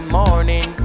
morning